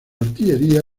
artillería